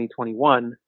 2021